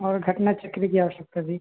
और घटना चित्र की आवश्यकता थी